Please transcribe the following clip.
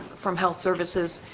from health services